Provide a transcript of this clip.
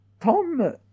Tom